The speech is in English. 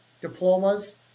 Diplomas